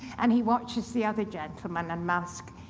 and he watches the other gentlemen unmask.